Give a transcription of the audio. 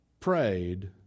Prayed